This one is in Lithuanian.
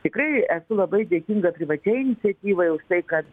tikrai esu labai dėkinga privačiai iniciatyvai už tai kad